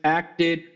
acted